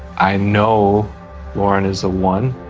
i know warren is a one.